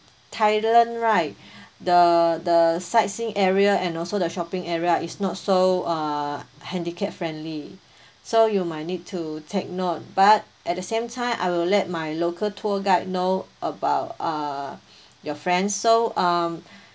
thailand right the the sightseeing area and also the shopping area is not so err handicap friendly so you might need to take note but at the same time I will let my local tour guide know about uh your friends so um